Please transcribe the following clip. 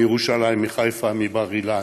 מירושלים, מחיפה, מבר-אילן,